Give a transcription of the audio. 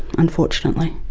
unfortunately,